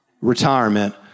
retirement